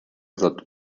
that